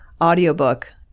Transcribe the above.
audiobook